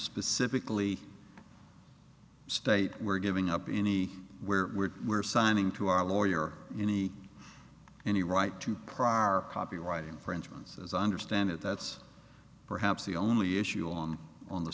specifically state we're giving up any where we're signing to our lawyer any any right to prior copyright infringements as i understand it that's perhaps the only issue on the on the